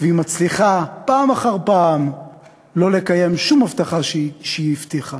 והיא מצליחה פעם אחר פעם שלא לקיים שום הבטחה שהיא הבטיחה.